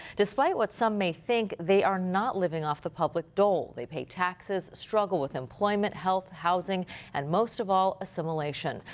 despite what some may think they are not living off the public dole. they pay taxes, struggle with employment, health, housing and most of all assimilation.